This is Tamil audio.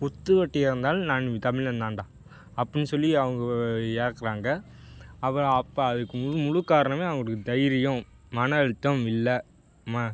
குத்துவட்டி இறந்தாலும் நான் தமிழந்தாண்டா அப்பட்னு சொல்லி அவங்க இறக்குறாங்க அப்புறம் அப்போ அதுக்கு முழுக் முழுக்காரணமே அவங்களுக்கு தைரியம் மன அழுத்தம் இல்ல ம